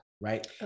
right